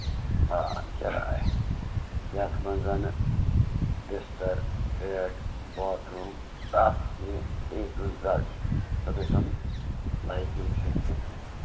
آ کِراے یَتھ منٛز بِستر بیڈ باتھ روٗم پرٛتھ کیٚنٛہہ اے ٹوٗ زڈ چھُ سُہ گژھِ اَنُن لایٹِنٛگ سِسٹم